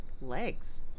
legs